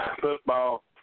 football